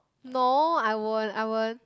no I wouldn't I wouldn't